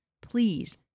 please